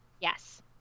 Yes